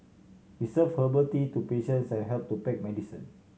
he served herbal tea to patients and helped to pack medicine